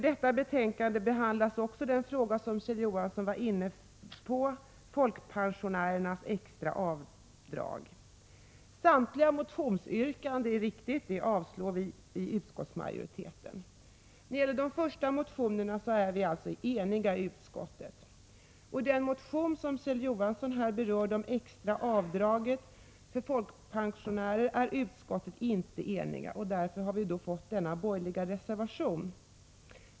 I betänkandet behandlas också den fråga som Kjell Johansson var inne på, folkpensionärernas extra avdrag. Utskottsmajoriteten har, det är riktigt, avstyrkt samtliga motionsyrkanden. När det gäller de första motionerna har vi varit eniga i utskottet. Beträffande motionen om extra avdrag för folkpensionärer, som Kjell Johansson berörde, har inte utskottet varit enigt. Därför har det också blivit en borgerlig reservation.